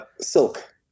silk